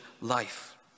life